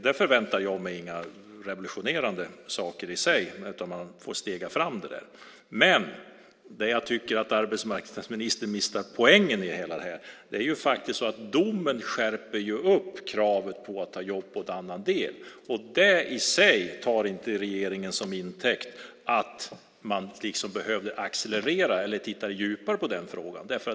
Där förväntar jag mig inga revolutionerande saker, utan man får stega fram det. Jag tycker dock att arbetsmarknadsministern missar poängen i att den här domen ju skärper kravet på att ta jobb i en annan del av landet. Men det tar inte regeringen till intäkt för att accelerera eller titta djupare på frågan.